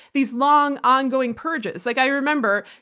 these long ongoing purges. like i remember,